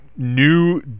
new